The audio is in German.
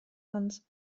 hans